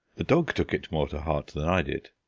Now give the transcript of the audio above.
the dog took it more to heart than i did.